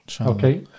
Okay